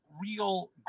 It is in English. real